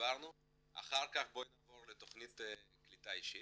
בואי נעבור לתכנית קליטה אישית,